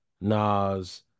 Nas